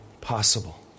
possible